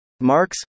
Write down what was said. Marx